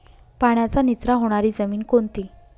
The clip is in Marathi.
पाण्याचा निचरा होणारी जमीन कोणती?